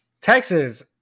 Texas